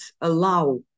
allow